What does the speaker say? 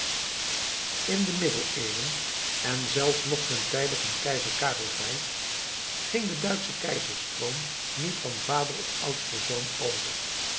in de middeleeuwen en zelfs nog ten tijde van keizer karel v ging de duitsche keizerskroon niet van vader op oudsten zoon over